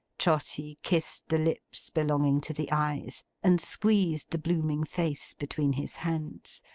trotty kissed the lips belonging to the eyes, and squeezed the blooming face between his hands.